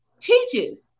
teaches